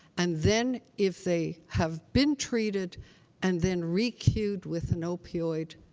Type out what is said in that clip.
and then, if they have been treated and then re-cued with an opioid,